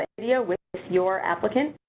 ah yeah with your applicant